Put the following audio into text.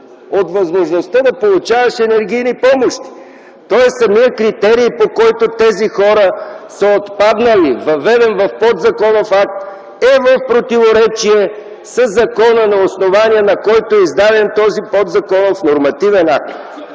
от възможността да получаваш енергийни помощи. Самият критерий, по който тези хора са отпаднали, въведен в подзаконов акт, е в противоречие със закона, на основание на който е издаден този подзаконов нормативен акт.